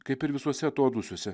kaip ir visose atodūsiuose